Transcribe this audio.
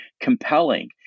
compelling